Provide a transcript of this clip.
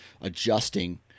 adjusting